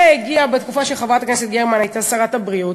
שהגיעה בתקופה שחברת הכנסת גרמן הייתה שרת הבריאות,